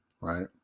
Right